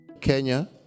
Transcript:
Kenya